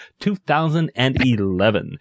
2011